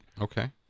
Okay